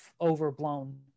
overblown